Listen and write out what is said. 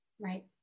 Right